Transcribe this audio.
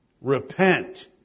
repent